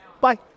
bye